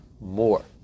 more